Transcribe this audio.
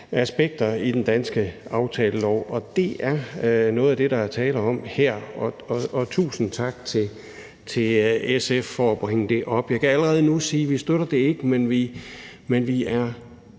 aspekter i den danske aftalelov, og det er noget af det, der er tale om her, og tusind tak til SF for at bringe det op. Jeg kan allerede nu sige, at vi ikke støtter det, men vi er